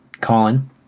Colin